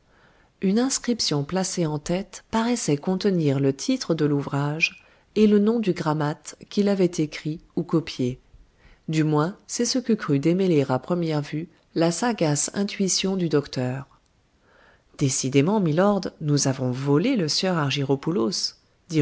une inscription placée en tête paraissait contenir le titre de l'ouvrage et le nom du grammate qui l'avait écrit ou copié du moins c'est ce que crut démêler à première vue la sagace intuition du docteur décidément milord nous avons volé le sieur